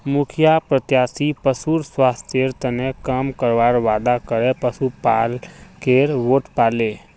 मुखिया प्रत्याशी पशुर स्वास्थ्येर तने काम करवार वादा करे पशुपालकेर वोट पाले